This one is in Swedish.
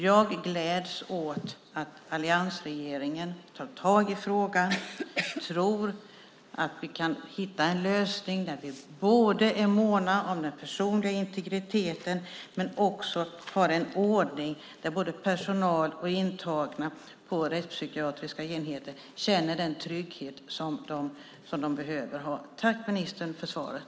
Jag gläds åt att alliansregeringen tar tag i frågan och tror att vi kan hitta en lösning där vi både är måna om den personliga integriteten och har en ordning där både personal och intagna på rättspsykiatriska enheter känner den trygghet som de behöver känna. Tack, ministern, för svaret!